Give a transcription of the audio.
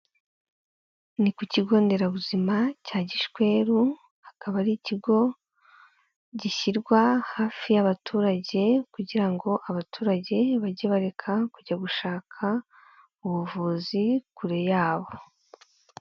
Ni ku kigo nderabuzima cya Gishweru akaba ari ikigo gishyirwa hafi y'abaturage kugira ngo abaturage bajye bareka kujya gushaka ubuvuzi kure yabo.